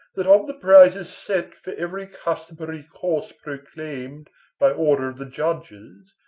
that of the prizes set for every customary course proclaimed by order of the judges,